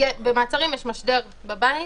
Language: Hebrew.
במעצרים יש משדר בבית